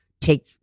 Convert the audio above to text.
take